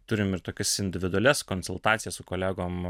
turim ir tokias individualias konsultacijas su kolegom